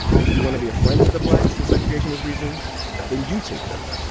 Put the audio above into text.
if you want to be a friend to the blacks, the segregationists reasoned, then you take them